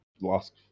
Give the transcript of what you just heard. last